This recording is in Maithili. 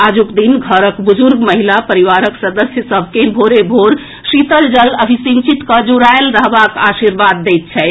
आजुक दिन घरक बुजुर्ग महिला परिवारक सदस्य सभ के भोरे भोर शीतल जल अभिसिंचित कऽ जूड़ायल रहबाक आर्शीवाद दैत छथि